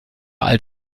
alt